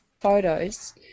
photos